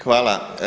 Hvala.